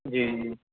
جی جی